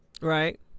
Right